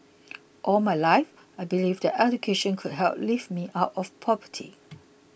all my life I believed that education could help lift me out of poverty